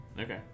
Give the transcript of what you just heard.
Okay